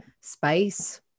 space